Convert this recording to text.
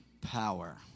power